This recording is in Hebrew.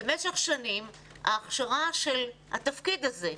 במשך שנים ההכשרה של התפקיד הזה,